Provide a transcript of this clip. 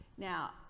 Now